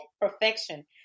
perfection